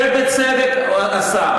ובצדק עשה.